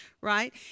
right